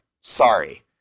Sorry